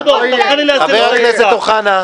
שנייה, חברים, חבר הכנסת אוחנה.